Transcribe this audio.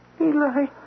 Eli